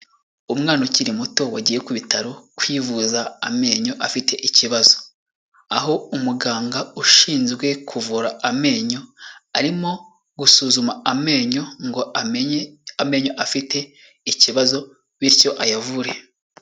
Umwana ukiri muto wagiye ku bitaro kwivuza amenyo afite ikibazo, aho umuganga ushinzwe kuvura amenyo arimo gusuzuma amenyo ngo amenye amenyo afite ikibazo bityo ayavure.